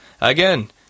Again